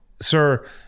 sir